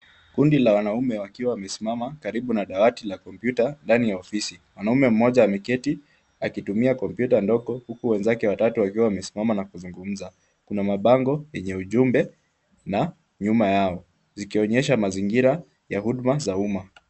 Kundi la wanaume wakiwa wamesimama karibu na dawati la kompyuta ndani ya ofisi. Mwanaume mmoja ameketi akitumia kompyuta ndogo huku wenzake watatu wakiwa wamesimama na kuzungumza. Kuna mabango yenye ujumbe na nyuma yao zikionyesha mazingira ya huduma za umma.